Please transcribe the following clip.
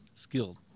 skilled